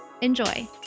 Enjoy